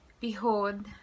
Behold